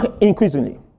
Increasingly